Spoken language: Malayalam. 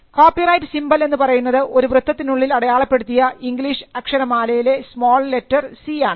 കോപ്പിറൈറ്റ് സിംബൽ എന്ന് പറയുന്നത് ഒരു വൃത്തത്തിനുള്ളിൽ അടയാളപ്പെടുത്തിയ ഇംഗ്ലീഷ് അക്ഷരമാലയിലെ സ്മാൾ ലെറ്റർ 'c' ആണ്